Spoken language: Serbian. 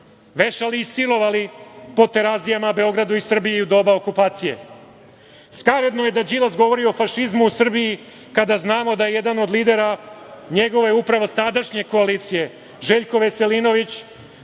vešali i silovali po Terazijama, Beogradu i Srbiji u doba okupacije? Skaradno je da Đilas govori o fašizmu u Srbiji kada znamo da jedan od lidera njegove upravo sadašnje koalicije, Željko Veselinović